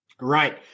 Right